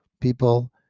people